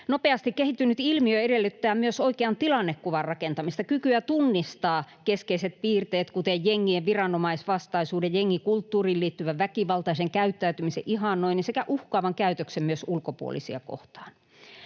Nopeasti kehittynyt ilmiö edellyttää myös oikean tilannekuvan rakentamista ja kykyä tunnistaa keskeiset piirteet, kuten jengien viranomaisvastaisuuden, jengikulttuuriin liittyvän väkivaltaisen käyttäytymisen ihannoinnin sekä uhkaavan käytöksen myös ulkopuolisia kohtaan.